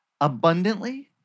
abundantly